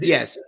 Yes